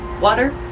water